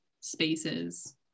spaces